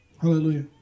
Hallelujah